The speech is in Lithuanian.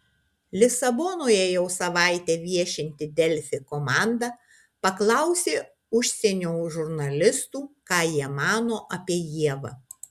lisabonoje jau savaitę viešinti delfi komanda paklausė užsienio žurnalistų ką jie mano apie ievą